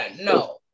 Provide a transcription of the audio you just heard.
no